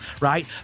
right